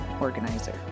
organizer